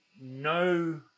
No